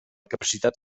capacitat